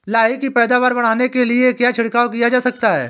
लाही की पैदावार बढ़ाने के लिए क्या छिड़काव किया जा सकता है?